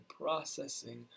processing